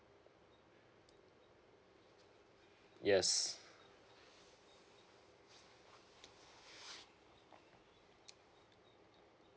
yes